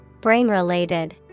Brain-related